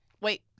wait